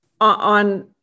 on